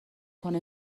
کنه